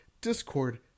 Discord